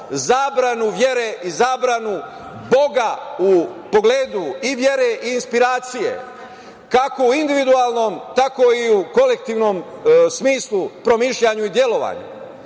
zabranu vere i zabranu Boga u pogledu i vere i inspiracije, kako u individualnom, tako i u kolektivnom smislu, promišljanju i delovanju.